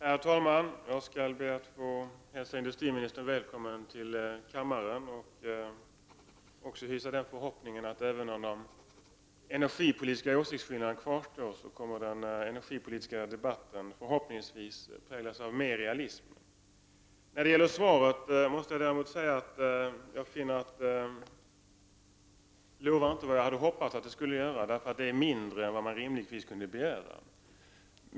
Herr talman! Jag skall be att få hälsa industriministern välkommen till kammaren. Även om de energipolitiska åsiktsskillnaderna kvarstår, kommer den energipolitiska debatten nu förhoppningsvis att präglas av mer realism. När det gäller svaret måste jag däremot säga att det inte lovar vad jag hade hoppats att det skulle göra; det lovar mindre än man rimligtvis kunde begära.